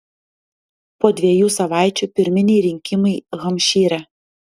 po dviejų savaičių pirminiai rinkimai hampšyre